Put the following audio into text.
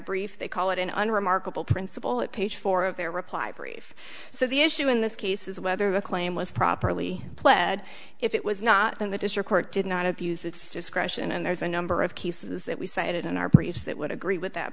brief they call it an unremarkable principle at page four of their reply brief so the issue in this case is whether the claim was properly pled if it was not then that is your court did not abused its discretion and there's a number of cases that we cited in our breach that would agree with that